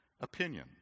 Opinion